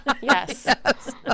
yes